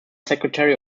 secretary